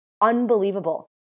unbelievable